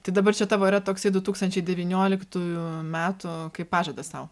tai dabar čia tavo yra toksai du tūkstančiai devynioliktųjų metų kaip pažadas sau